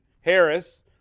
Harris